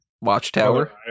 watchtower